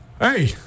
Hey